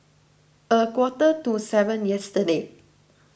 a quarter to seven yesterday